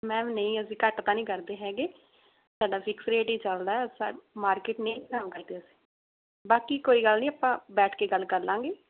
ma'am ਨਹੀਂ ਅਸੀਂ ਘੱਟ ਤਾਂ ਨਹੀਂ ਕਰਦੇ ਹੈਗੇ ਸਾਡਾ ਫ਼ਿਕਸ ਰੇਟ ਹੀ ਚੱਲਦਾ ਸਾਡਾ ਮਾਰਕਿਟ ਨਹੀਂ ਖਰਾਬ ਕਰਦੇ ਅਸੀਂ ਬਾਕੀ ਕੋਈ ਗੱਲ ਨਹੀਂ ਆਪਾਂ ਬੈਠ ਕੇ ਗੱਲ ਕਰ ਲਵਾਂਗੇ